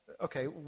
okay